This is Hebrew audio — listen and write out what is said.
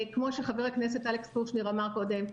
כמו שחבר הכנסת אלכס קושניר אמר קודם,